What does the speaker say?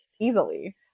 easily